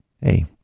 Hey